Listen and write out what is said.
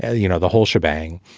ah you know, the whole shebang.